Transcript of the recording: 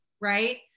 right